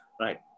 Right